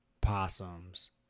possums